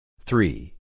three